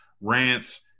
rants